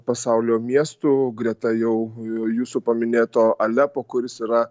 pasaulio miestų greta jau jūsų paminėto alepo kuris yra